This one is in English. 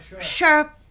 sure